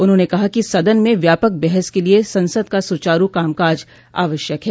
उन्होंने कहा कि सदन में व्यापक बहस के लिये संसद का सुचारू कामकाज आवश्यक है